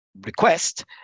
request